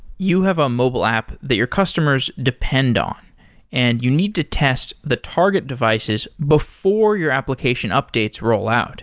you have a mobile app that your customers depend on and you need to test the target devices before your application updates rollout